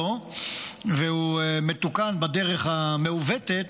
והוא מתוקן בדרך מעוותת,